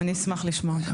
אני אשמח לשמוע.